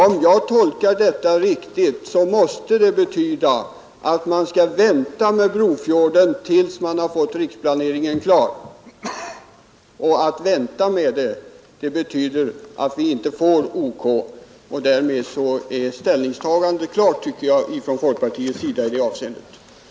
Om jag tolkar detta yttrande riktigt måste det betyda att vi skall vänta med Brofjorden till dess riksplaneringen är klar; och att vänta med projektet betyder att vi inte får OK. Därmed tycker jag att ställningstagandet från folkpartiets sida i det avseendet är klart.